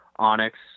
Onyx